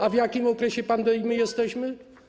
A w jakim okresie pandemii jesteśmy?